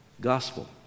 gospel